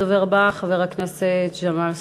הדובר הבא, חבר הכנסת ג'מאל זחאלקה,